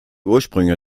ursprünge